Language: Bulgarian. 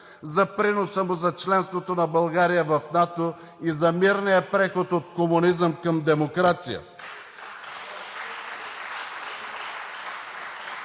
за приноса му за членството на България в НАТО и за мирния преход от комунизъм към демокрация.